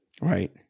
Right